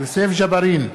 יוסף ג'בארין,